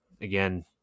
Again